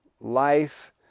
life